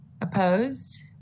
Opposed